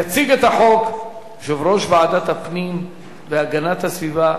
יציג את הצעת החוק יושב-ראש ועדת הפנים והגנת הסביבה,